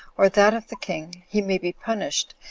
or that of the king, he may be punished,